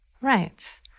Right